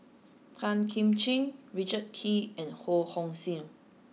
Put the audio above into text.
Tan Kim Ching Richard Kee and Ho Hong Sing